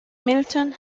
milton